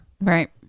Right